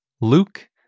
Luke